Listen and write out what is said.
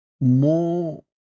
more